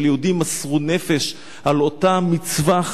אבל יהודים מסרו נפש על אותה מצווה חשובה.